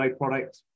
product